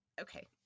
okay